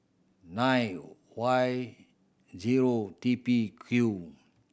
nine Y zero T P Q